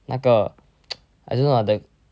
那个 I don't know ah that